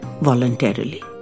voluntarily